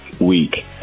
week